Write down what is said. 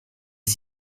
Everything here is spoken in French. les